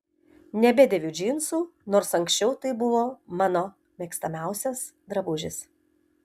nebedėviu džinsų nors anksčiau tai buvo mano mėgstamiausias drabužis